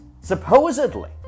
supposedly